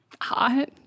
hot